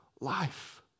life